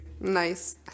Nice